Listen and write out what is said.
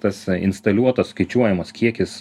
tas instaliuotas skaičiuojamas kiekis